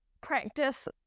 practice